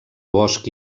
bosc